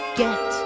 get